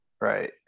right